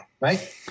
right